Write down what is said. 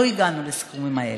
לא הגענו לסכומים האלה.